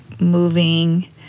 moving